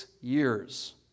years